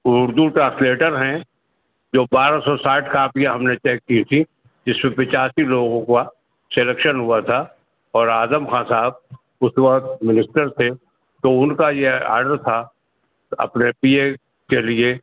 Urdu translator ہیں جو بارہ سو ساٹھ کاپیاں ہم نے چیک کی تھیں جس میں پچاسی لوگوں کا سلیکشن ہوا تھا اور اعظم خاں صاحب اس وقت منسٹر تھے تو ان کا یہ آڈر تھا اپنے پی اے کے لیے